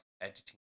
editing